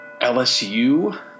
LSU